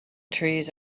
trees